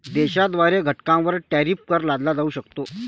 देशाद्वारे घटकांवर टॅरिफ कर लादला जाऊ शकतो